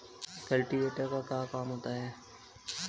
Cultivator का क्या काम होता है?